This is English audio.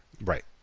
Right